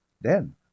Then